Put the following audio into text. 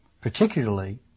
Particularly